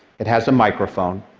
it has a microphone,